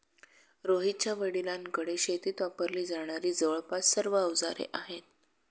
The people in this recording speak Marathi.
रोहितच्या वडिलांकडे शेतीत वापरली जाणारी जवळपास सर्व अवजारे आहेत